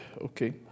Okay